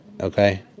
Okay